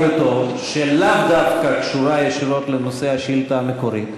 שלאו דווקא קשורה ישירות לנושא השאילתה המקורית.